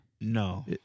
No